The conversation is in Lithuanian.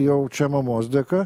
jau čia mamos dėka